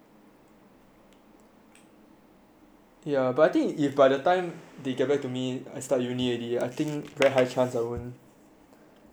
ya but I think if by the time they get back to me I start uni already ah I think very high chance I wouldn't I won't go back to work already ah